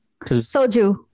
Soju